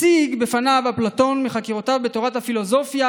הציג בפניו אפלטון מחקירותיו בתורת הפילוסופיה,